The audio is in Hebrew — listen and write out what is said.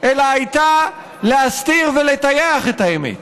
אלא הייתה להסתיר ולטייח את האמת.